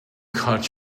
caught